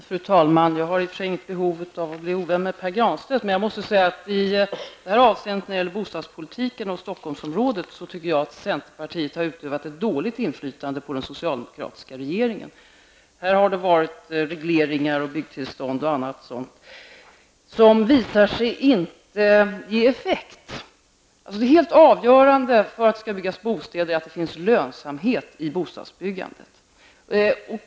Fru talman! Jag har i och för sig inget behov av att bli ovän med Pär Granstedt, men jag måste säga att avseende bostadspolitiken och Stockholmsområdet har centerpartiet utövat ett dåligt inflytande på den socialdemokratiska regeringen. Här har funnits regleringar, byggtillstånd och annat som visat sig inte ge effekt. Det helt avgörande för att det skall byggas bostäder är att det finns lönsamhet i bostadsbyggandet.